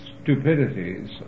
stupidities